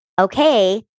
Okay